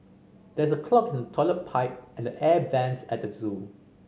there is a clog in the toilet pipe and the air vents at the zoo